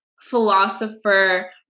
philosopher